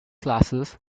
classes